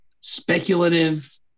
Speculative